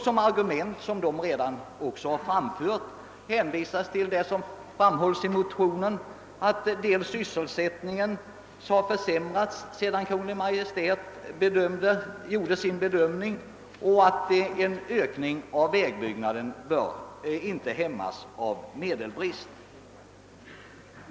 Som argument hänvisar man till vad som framhållits i motionerna, nämligen att sysselsättningen har försämrats sedan Kungl. Maj:t gjorde sin bedömning och att en ökning av vägbyggandet inte bör hämmas av brist på medel.